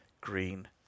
green